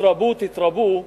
"תתרבו תתרבו",